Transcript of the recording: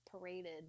paraded